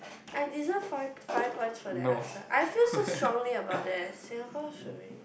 I deserve five five points for that answer I feel so strongly about that Singapore should be